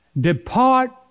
Depart